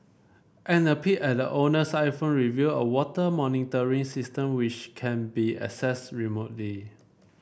and a peek at the owner's iPhone reveal a water monitoring system which can be access remotely